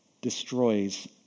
destroys